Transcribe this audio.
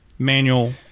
manual